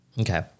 Okay